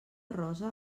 rosa